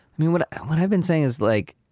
i mean, what what i've been saying is like,